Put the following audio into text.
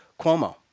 Cuomo